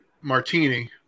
Martini